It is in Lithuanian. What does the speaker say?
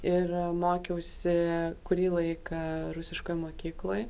ir mokiausi kurį laiką rusiškoj mokykloj